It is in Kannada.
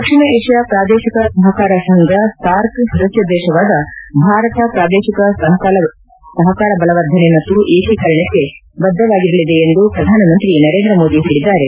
ದಕ್ಷಿಣ ಏಷ್ಯಾ ಪ್ರಾದೇಶಿಕ ಸಹಕಾರ ಸಂಘ ಸಾರ್ಕ್ ಸದಸ್ವ ದೇಶವಾದ ಭಾರತ ಪ್ರಾದೇಶಿಕ ಸಹಕಾರ ಬಲವರ್ಧನೆ ಮತ್ತು ಏಕೀಕರಣಕ್ಕೆ ಬದ್ಧವಾಗಿರಲಿದೆ ಎಂದು ಪ್ರಧಾನಮಂತ್ರಿ ನರೇಂದ್ರ ಮೋದಿ ಹೇಳಿದ್ದಾರೆ